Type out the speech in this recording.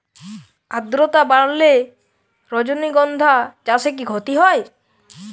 আদ্রর্তা বাড়লে রজনীগন্ধা চাষে কি ক্ষতি হয়?